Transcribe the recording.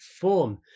form